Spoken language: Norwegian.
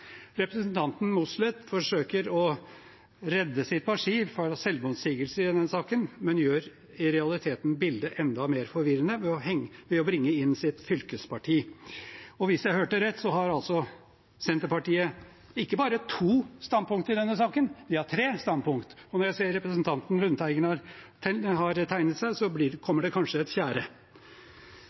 Representanten Mossleth forsøker å redde sitt partis selvmotsigelse i denne saken, men hun gjør i realiteten bildet enda mer forvirrende ved å bringe inn sitt fylkesparti. Hvis jeg hørte rett, har altså Senterpartiet ikke bare to standpunkter i denne saken – de har tre standpunkter. Og når jeg ser at representanten Lundteigen har tegnet seg, kommer det kanskje et fjerde.